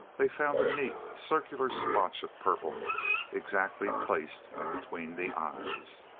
they found a neat, circular splotch of purple exactly placed between the eyes.